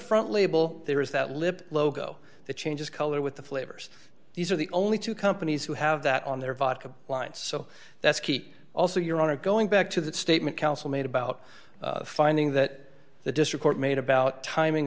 front label there is that lip logo that changes color with the flavors these are the only two companies who have that on their vodka lines so that's keep also your honor going back to that statement council made about finding that the district court made about timing